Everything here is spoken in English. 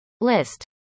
list